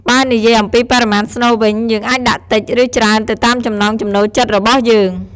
បើនិយាយអំពីបរិមាណស្នូលវិញ យើងអាចដាក់តិច ឬច្រើនទៅតាមចំណង់ចំណូលចិត្តរបស់យើង។